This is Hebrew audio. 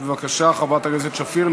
חברת הכנסת שפיר.